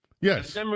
Yes